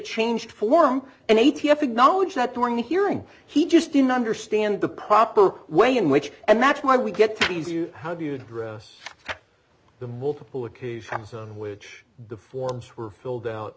changed form and a t f acknowledged that during the hearing he just didn't understand the proper way in which and that's my we get to use you how do you address the multiple occasions on which the forms were filled out